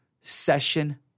Session